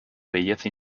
belleza